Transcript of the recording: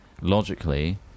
logically